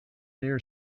near